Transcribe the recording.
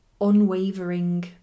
unwavering